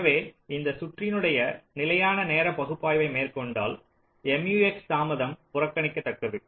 எனவே இந்த சுற்றினுடைய நிலையான நேர பகுப்பாய்வை மேற்கொண்டால் MUX தாமதம் புறக்கணிக்கத்தக்கது